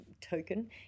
token